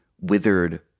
withered